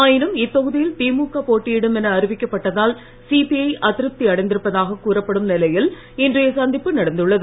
ஆயினும் இத்தொகுதியில் திமுக போட்டியிடும் என அறிவிக்கப் பட்டதால் சிபிஜ அதிருப்தி அடைந்திருப்பதாக கூறப்படும் நிலையில் இன்றைய சந்திப்பு நடந்துள்ளது